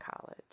college